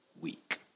week